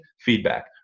feedback